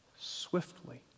swiftly